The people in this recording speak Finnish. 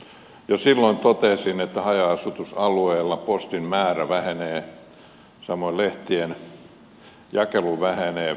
jo silloin totesin että haja asutusalueilla postin määrä vähenee samoin lehtien jakelu vähenee